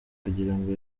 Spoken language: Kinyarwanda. kugirango